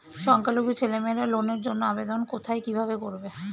সংখ্যালঘু ছেলেমেয়েরা লোনের জন্য আবেদন কোথায় কিভাবে করবে?